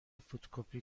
فتوکپی